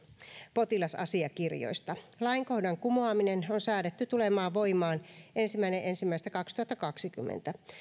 potilasasiakirjoista lainkohdan kumoaminen on säädetty tulemaan voimaan ensimmäinen ensimmäistä kaksituhattakaksikymmentä